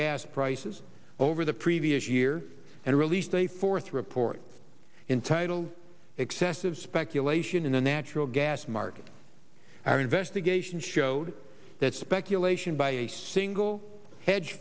gas prices over the previous year and released a fourth report entitle excessive speculation in the natural gas market our investigation shows that speculation by a single hedge